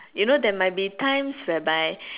you know there might be times where by